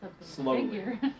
Slowly